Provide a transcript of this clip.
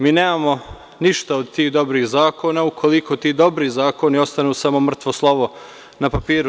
Mi nemamo ništa od tih dobrih zakona, ukoliko ti dobri zakoni ostanu samo mrtvo slovo na papiru.